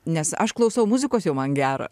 nes aš klausau muzikos jau man gera